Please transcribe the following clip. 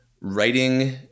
writing